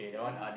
yeah